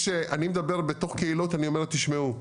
כשאני מדבר בתוך קהילות אני אומר תשמעו,